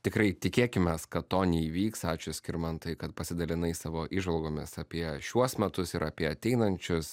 tikrai tikėkimės kad to neįvyks ačiū skirmantai kad pasidalinai savo įžvalgomis apie šiuos metus ir apie ateinančius